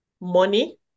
money